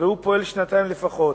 והוא פועל שנתיים לפחות.